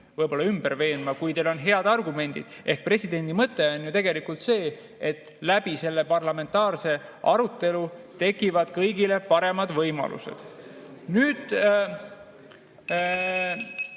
mind ümber veenda, kui teil on head argumendid. Ehk presidendi mõte on ju tegelikult see, et parlamentaarse arutelu kaudu tekivad kõigile paremad võimalused.